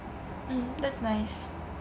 mm that's nice